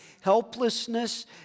helplessness